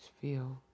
field